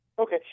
Okay